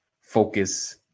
focus